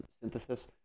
synthesis